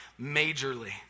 majorly